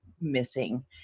missing